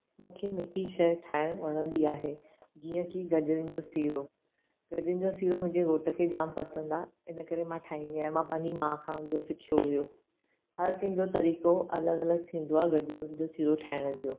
मूंखे मीठी शइ ठाहिण वणंदी आहे जीअं कि गजरुनि जो सीरो गजरुनि जो सीरो मुंहिंजे घोट खे जाम पसंदि आहे इनकरे मां ठाहींदी आहियां मां पंहिंजी माउ खां उहो सिखियो हुओ हर कंहिंजो तरीक़ो अलॻि अलॻि थींदो आहे गजरुनि जो सीरो ठाहिण जो